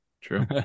true